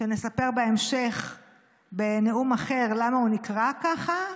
שנספר בהמשך בנאום אחר למה הוא נקרא ככה,